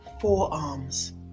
forearms